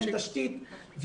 אין תשתית,